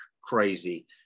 crazy